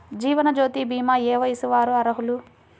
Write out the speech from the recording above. జీవనజ్యోతి భీమా ఏ వయస్సు వారు అర్హులు?